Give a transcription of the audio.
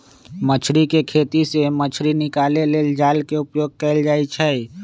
मछरी कें खेति से मछ्री निकाले लेल जाल के उपयोग कएल जाइ छै